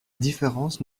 différence